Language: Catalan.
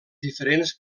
diferents